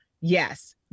yes